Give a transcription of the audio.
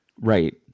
right